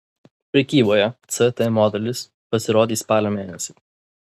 prekyboje ct modelis pasirodys spalio mėnesį